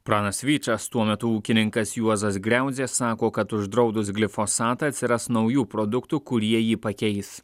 pranas vyčas tuo metu ūkininkas juozas griaudzė sako kad uždraudus glifosatą atsiras naujų produktų kurie jį pakeis